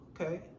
okay